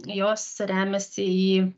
jos remiasi į